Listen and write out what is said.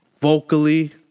vocally